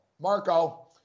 Marco